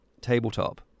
tabletop